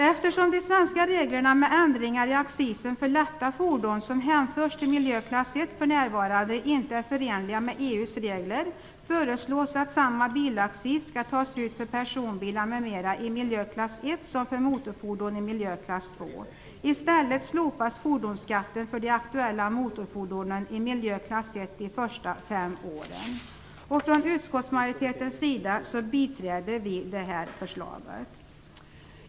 Eftersom de svenska reglerna med ändringar i accisen för lätta fordon som hänförs till miljöklass 1 för närvarande inte är förenliga med EU:s regler föreslås att samma bilaccis skall tas ut för personbilar m.m. i miljöklass 1 som för motorfordon i miljöklass 2. I stället slopas fordonsskatten för de aktuella motorfordonen i miljöklass 1 under de första fem åren. Utskottsmajoriteten biträder detta förslag.